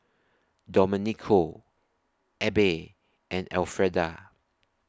Domenico Abbey and Elfreda